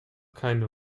keine